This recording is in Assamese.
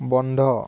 বন্ধ